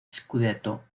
scudetto